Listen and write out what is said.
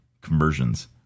conversions